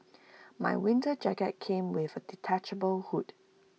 my winter jacket came with A detachable hood